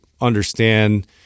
understand